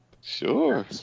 Sure